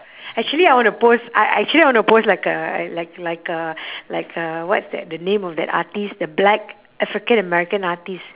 actually I want to pose I actually I want to pose like a like like a like a what's that the name of that artiste the black african american artiste